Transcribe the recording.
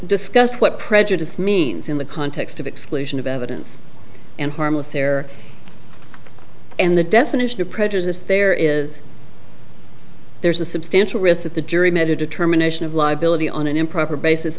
discussed what prejudice means in the context of exclusion of evidence and harmless error and the definition of prejudice there is there's a substantial risk that the jury made a determination of liability on an improper basis